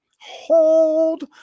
Hold